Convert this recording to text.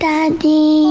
Daddy